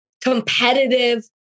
competitive